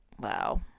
Wow